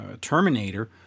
Terminator